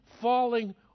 falling